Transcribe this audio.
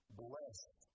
blessed